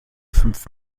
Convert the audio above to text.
fünf